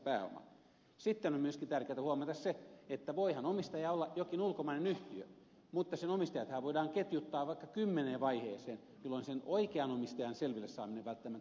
sitten on myöskin tärkeätä huomata se että voihan omistaja olla jokin ulkomainen yhtiö mutta sen omistajathan voidaan ketjuttaa vaikka kymmeneen vaiheeseen jolloin sen oikean omistajan selville saaminen välttämättä ei ole kovinkaan helppoa